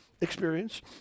Experience